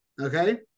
Okay